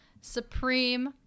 Supreme